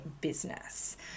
business